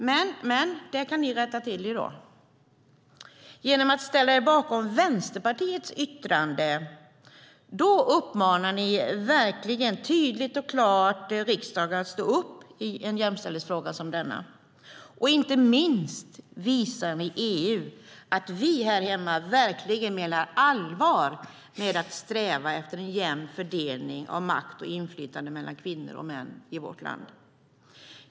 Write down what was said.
Men det kan ni rätta till i dag genom att ställa er bakom Vänsterpartiets yttrande. Då uppmanar ni tydligt och klart riksdagen att stå upp i en jämställdhetsfråga som denna. Inte minst visar ni EU att vi här hemma verkligen menar allvar med att sträva efter en jämn fördelning av makt och inflytande mellan kvinnor och män i vårt land.